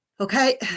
Okay